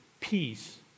peace